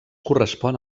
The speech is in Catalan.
correspon